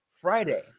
Friday